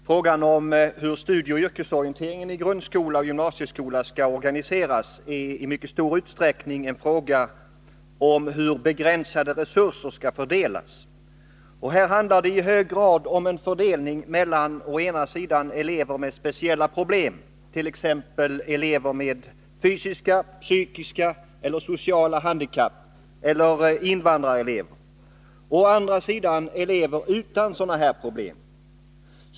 Fru talman! Frågan om hur studieoch yrkesorienteringen i grundskola och gymnasieskola skall organiseras är i stor utsträckning en fråga om hur de begränsade resurserna skall fördelas. Och här handlar det i hög grad om en fördelning mellan å ena sidan elever med speciella problem, t.ex. elever med fysiska, psykiska eller sociala handikapp samt invandrarelever, och å andra sidan elever utan sådana problem.